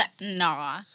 No